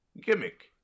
Gimmick